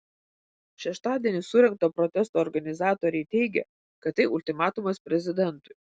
šeštadienį surengto protesto organizatoriai teigė kad tai ultimatumas prezidentui